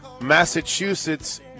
massachusetts